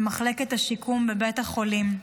במחלקת השיקום בבית החולים.